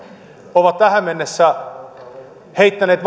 ovat tähän mennessä vain heittäneet